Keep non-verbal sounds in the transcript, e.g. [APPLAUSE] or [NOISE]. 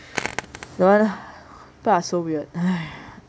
never mind lah people are so weird [BREATH]